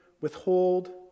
withhold